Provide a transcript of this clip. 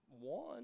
one